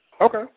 Okay